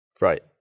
Right